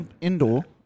indoor